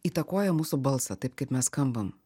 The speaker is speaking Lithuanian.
įtakoja mūsų balsą taip kaip mes skambam